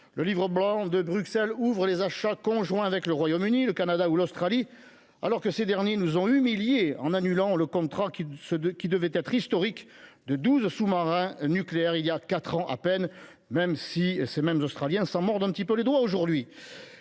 le livre blanc de Bruxelles ouvre les achats conjoints avec le Royaume Uni, le Canada ou l’Australie, alors que ces derniers nous ont humiliés en annulant le contrat qui devait être historique de douze sous marins nucléaires voilà quatre ans à peine, même s’ils s’en mordent quelque peu les doigts aujourd’hui.